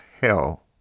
hell